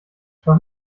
schau